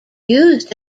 used